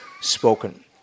spoken